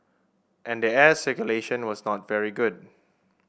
and the air circulation was not very good